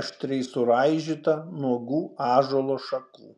aštriai suraižytą nuogų ąžuolo šakų